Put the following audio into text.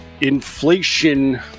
Inflation